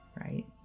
right